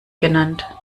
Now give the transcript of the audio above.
genannt